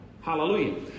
Hallelujah